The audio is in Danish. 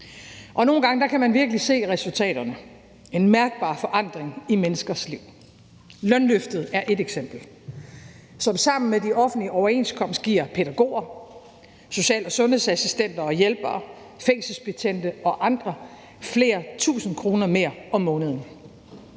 Nogle gange kan man virkelig se resultaterne – en mærkbar forandring i menneskers liv. Lønløftet er et eksempel, som sammen med de offentlige overenskomster giver pædagoger, social- og sundhedsassistenter og -hjælpere, fængselsbetjente og andre flere tusind kroner mere om måneden.